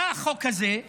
בא החוק הזה,